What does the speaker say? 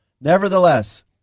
Nevertheless